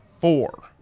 four